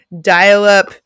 dial-up